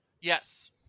Yes